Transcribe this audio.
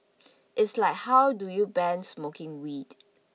it's like how do you ban smoking weed